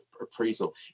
appraisal